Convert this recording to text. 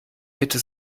bitte